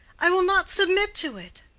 i will not submit to it.